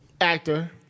actor